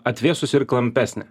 atvėsusi ir klampesnė